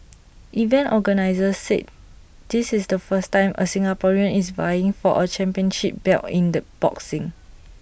event organisers said this is the first time A Singaporean is vying for A championship belt in the boxing